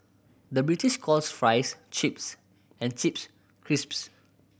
the British calls fries chips and chips crisps